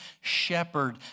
shepherd